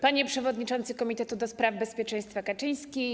Panie Przewodniczący Komitetu do Spraw Bezpieczeństwa Kaczyński!